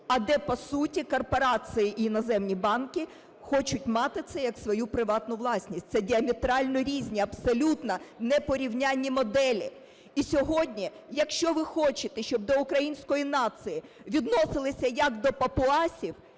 а де, по суті, корпорації і іноземні банки хочуть мати це як свою приватну власність. Це діаметрально різні, абсолютно непорівнянні моделі. І сьогодні, якщо ви хочете, щоб до української нації відносилися як до папуасів,